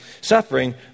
suffering